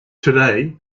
today